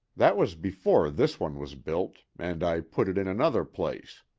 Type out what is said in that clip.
that was before this one was built, and i put it in another place.